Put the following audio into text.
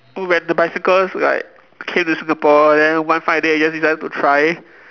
when the bicycles like came to Singapore then one fine day I just decided to try